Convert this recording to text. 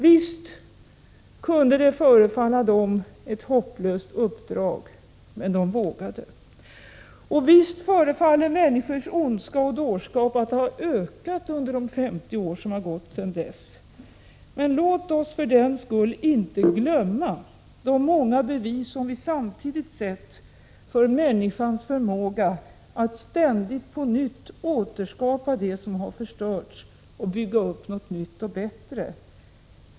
Visst kunde uppdraget förefalla dem hopplöst, men de vågade. Och visst förefaller människors ondska och dårskap ha ökat under de 50 år som gått sedan dess. Men låt oss för den skull inte glömma de många bevis som vi samtidigt sett för människans förmåga att ständigt på nytt återskapa det som har förstörts och bygga upp något nytt och bättre.